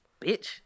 bitch